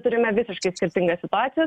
turime visiškai skirtingas situacijas